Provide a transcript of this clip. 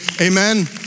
Amen